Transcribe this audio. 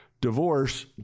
Divorce